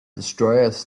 destroyers